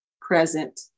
present